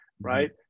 right